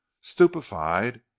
stupefied